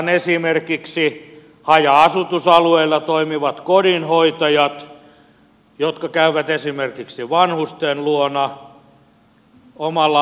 otan esimerkiksi haja asutusalueilla toimivat kodinhoitajat jotka käyvät esimerkiksi vanhusten luona omalla autollaan